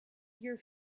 your